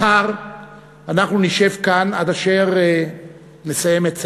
מחר אנחנו נשב כאן עד אשר נסיים את סדר-היום,